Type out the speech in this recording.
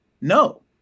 no